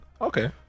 Okay